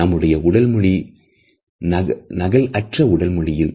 நம்முடைய உடல் மொழி நகல் அற்றது